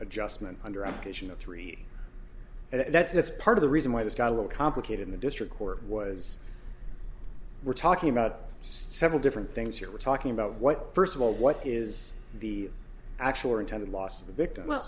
adjustment under a because you know three and that's part of the reason why this got a little complicated in the district court was we're talking about several different things here we're talking about what first of all what is the actual intended loss